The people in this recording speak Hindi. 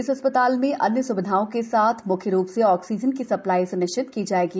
इस अस्पताल में अन्य सुविधाओं के साथ मुख्य रूप से ऑक्सीजन की सप्लाई स्निश्चित की जाएगी